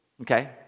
Okay